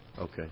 Okay